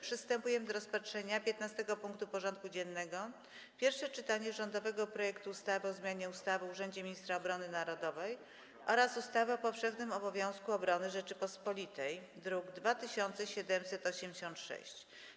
Przystępujemy do rozpatrzenia punktu 15. porządku dziennego: Pierwsze czytanie rządowego projektu ustawy o zmianie ustawy o urzędzie Ministra Obrony Narodowej oraz ustawy o powszechnym obowiązku obrony Rzeczypospolitej Polskiej (druk nr 2786)